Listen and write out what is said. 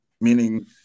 meaning